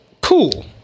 Cool